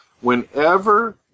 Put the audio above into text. whenever